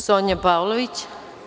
Sonja Pavlović.